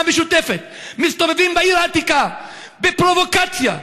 המשותפת מסתובבים בעיר העתיקה בפרובוקציה,